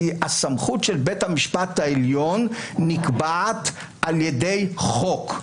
כי הסמכות של בית המשפט העליון נקבעת על ידי חוק,